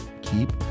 keep